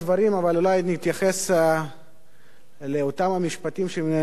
אבל אולי אני אתייחס לאותם המשפטים שנאמרו על-ידי